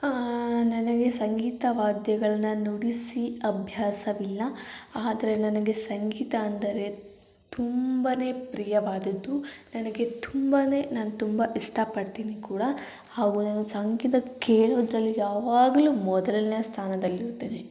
ನನಗೆ ಸಂಗೀತ ವಾದ್ಯಗಳನ್ನ ನುಡಿಸಿ ಅಭ್ಯಾಸವಿಲ್ಲ ಆದರೆ ನನಗೆ ಸಂಗೀತ ಅಂದರೆ ತುಂಬಾ ಪ್ರಿಯವಾದದ್ದು ನನಗೆ ತುಂಬಾ ನಾನು ತುಂಬ ಇಷ್ಟ ಪಡ್ತೀನಿ ಕೂಡ ಹಾಗೂ ನಾನು ಸಂಗೀತ ಕೇಳೋದರಲ್ಲಿ ಯಾವಾಗಲೂ ಮೊದಲನೇ ಸ್ಥಾನದಲ್ಲಿರ್ತೇನೆ